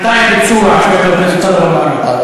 מתי הביצוע, שואל חבר הכנסת טלב אבו עראר.